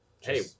hey